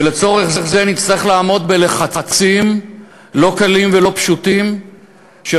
ולצורך זה נצטרך לעמוד בלחצים לא קלים ולא פשוטים של